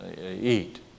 eat